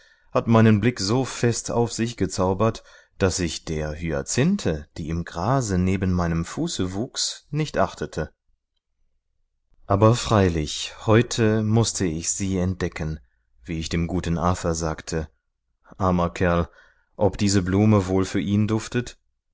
hat meinen blick so fest auf sich gezaubert daß ich der hyazinthe die im grase neben meinem fuße wuchs nicht achtete aber freilich heute mußte ich sie entdecken wie ich dem guten arthur sagte armer kerl ob diese blume wohl für ihn duftet